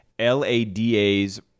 LADA's